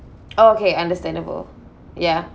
oh okay understandable ya